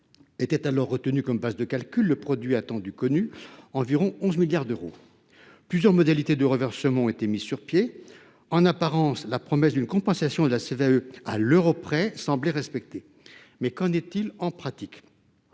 retenait alors comme base de calcul le produit attendu connu, soit environ 11 milliards d’euros. Plusieurs modalités de reversement ont été mises sur pied. En apparence, la promesse d’une compensation de la CVAE à l’euro près semble respectée. Mais qu’en est il en pratique ?